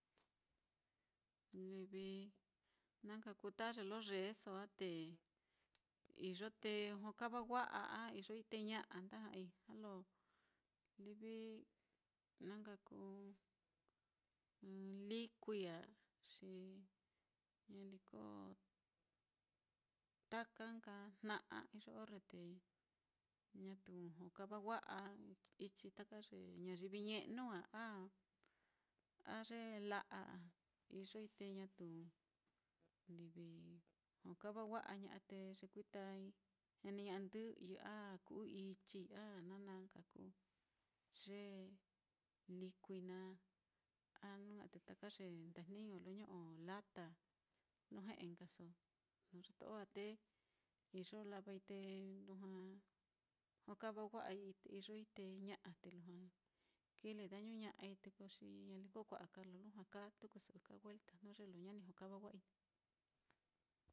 Livi na nka kuu ta ye lo yeeso á, te iyo te jokava wa'a a iyoi te ña'a nda ja'ai, ja lo livi na nka kuu likui á xi ñaliko taka nka jna'a, iyo orre te ñatu jokava wa'a ichi taka ye ñayivi ñe'nu á, a ye la'a á, iyoi te ñatu livi jokava wa'a ña'a, te yekuitai a'a ndɨ'yɨ a ku'u ichii a na naá kuu ye likui naá. A jnu ña'a te taka ye ndajniño lo ño'o lata á lo nkaso nuu ye to'o á, te iyo lavai te lujua jokava wa'ai te iyoi ña'a, te lujua kile dañu ña'ai te ko xi ñaliko kua'a lo lujua kaa tukuso ɨka welta jnu ye lo ña ni jokava wa'ai naá.